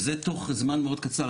וזה תוך זמן מאוד קצר.